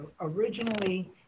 originally